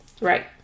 Right